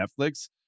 Netflix